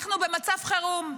אנחנו במצב חירום.